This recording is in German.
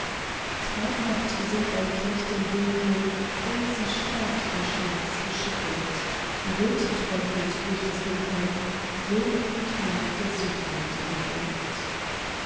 traumhaft singt ein knecht im dunkel und sie starrt von schmerz geschüttelt röte träufelt durch das dunkel jäh am tor der südwind rüttelt